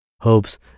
hopes